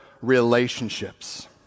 relationships